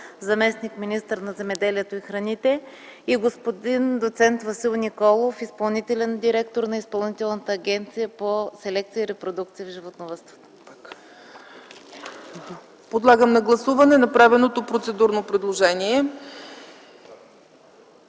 заместник-министър на земеделието и храните, и господин доц. Васил Николов – изпълнителен директор на Изпълнителна агенция по селекция и репродукция в животновъдството. ПРЕДСЕДАТЕЛ ЦЕЦКА ЦАЧЕВА: Подлагам на гласуване направеното процедурно предложение.